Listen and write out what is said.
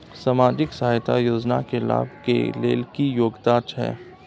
सामाजिक सहायता योजना के लाभ के लेल की योग्यता छै?